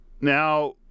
Now